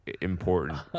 important